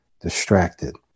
distracted